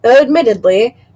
admittedly